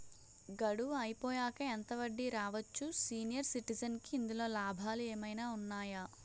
గడువు అయిపోయాక ఎంత వడ్డీ రావచ్చు? సీనియర్ సిటిజెన్ కి ఇందులో లాభాలు ఏమైనా ఉన్నాయా?